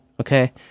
okay